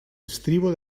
estribo